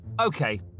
Okay